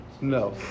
No